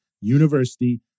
University